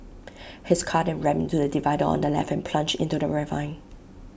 his car then rammed into the divider on the left and plunged into the ravine